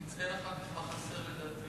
אני אציין אחר כך מה חסר לדעתי.